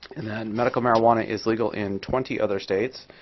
and then medical marijuana is legal in twenty other states.